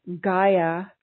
Gaia